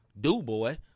do-boy